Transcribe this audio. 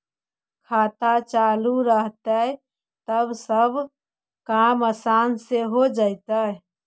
खाता चालु रहतैय तब सब काम आसान से हो जैतैय?